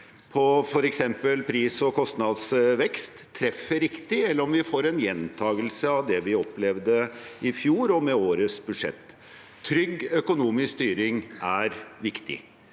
f.eks. på pris- og kostnadsvekst, treffer riktig, eller om vi får en gjentagelse av det vi opplevde i fjor og med årets budsjett. Trygg økonomisk styring er viktig.